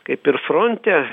kaip ir fronte